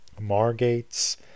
margates